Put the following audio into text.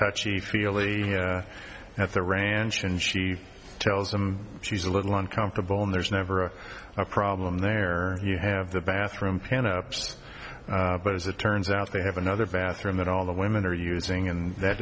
touchy feely at the ranch and she tells him she's a little uncomfortable and there's never a problem there you have the bathroom pan ups but as it turns out they have another bathroom that all the women are using and that